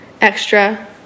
extra